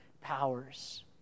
powers